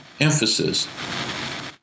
emphasis